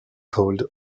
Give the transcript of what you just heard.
called